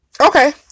okay